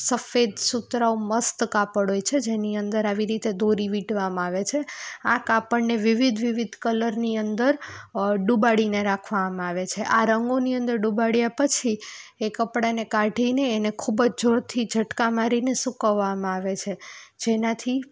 સફેદ સુતરાઉ મસ્ત કાપડ હોય છે જેની અંદર આવી રીતે દોરી વીંટવામાં આવે છે આ કાપડને વિવિધ વિવિધ કલરની અંદર ડુબાડીને રાખવામાં આવે છે આ રંગોની અંદર ડુબાડયાં પછી એ કપડાને કાઢીને એને ખૂબ જ જોરથી ઝટકા મારીને સુકવવામાં આવે છે જેનાથી